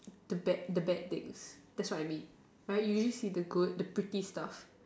the bad the bad things that's what I mean right you only see the good the pretty stuff